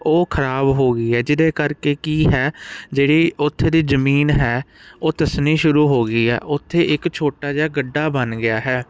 ਉਹ ਖਰਾਬ ਹੋ ਗਈ ਹੈ ਜਿਹਦੇ ਕਰਕੇ ਕੀ ਹੈ ਜਿਹੜੀ ਉੱਥੇ ਦੀ ਜ਼ਮੀਨ ਹੈ ਉਹ ਧੱਸਣੀ ਸ਼ੁਰੂ ਹੋ ਗਈ ਹੈ ਉੱਥੇ ਇੱਕ ਛੋਟਾ ਜਿਹਾ ਖੱਡਾ ਬਣ ਗਿਆ ਹੈ